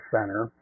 Center